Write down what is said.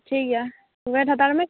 ᱴᱷᱤᱠ ᱜᱮᱭᱟ ᱚᱭᱮᱴ ᱦᱟᱛᱟᱲ ᱢᱮ